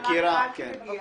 אל תדאגי.